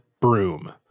broom